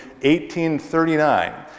1839